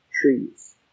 trees